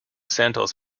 santos